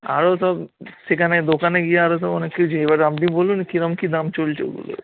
আরও সব সেখানে দোকানে গিয়ে আরও সব অনেক কিছুই এবারে আপনি বলুন কীরকম কী দাম চলছে ফুলের